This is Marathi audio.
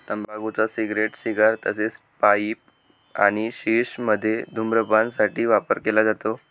तंबाखूचा सिगारेट, सिगार तसेच पाईप आणि शिश मध्ये धूम्रपान साठी वापर केला जातो